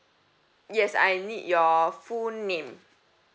yes I need your full name